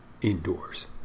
indoors